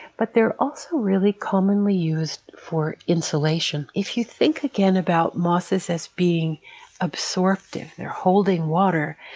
but they're also really commonly used for insulation. if you think again about mosses as being absorptive, they're holding water.